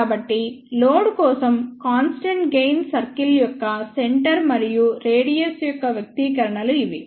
కాబట్టి లోడ్ కోసం constant gain circle యొక్క సెంటర్ మరియు రేడియస్ యొక్క వ్యక్తీకరణలు ఇవి